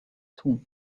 too